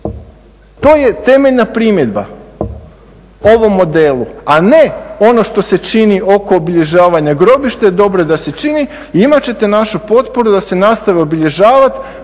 To je temeljna primjedba ovom modelu, a ne ono što se čini oko obilježavanja grobišta i dobro je da se čini. Imat ćete našu potporu da se nastave obilježavati